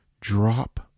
drop